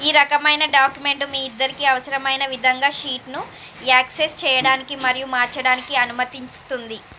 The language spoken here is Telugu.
ఈ రకమైన డాక్యుమెంట్ మీ ఇద్దరికీ అవసరమైన విధంగా షీట్ను యాక్సెస్ చేయడానికి మరియు మార్చడానికి అనుమతిస్తుంది